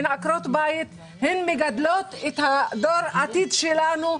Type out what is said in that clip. הן עקרות בית, הן מגדלות את דור העתיד שלנו.